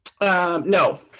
No